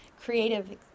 creative